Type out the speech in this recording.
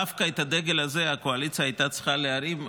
דווקא את הדגל הזה הקואליציה הייתה צריכה להרים.